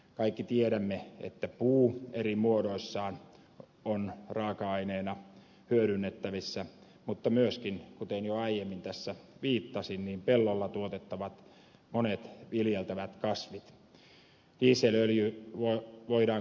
kaikki tiedämme että puu eri muodoissaan on raaka aineena hyödynnettävissä mutta myöskin kuten jo aiemmin tässä viittasin pellolla tuotettavat monet viljeltävät kasvit